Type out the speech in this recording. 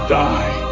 die